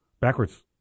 backwards